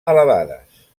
elevades